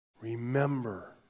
Remember